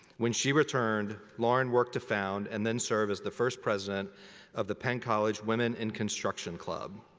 when she returned, lauren worked to found and then served as the first president of the penn college women in construction club.